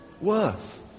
worth